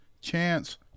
chance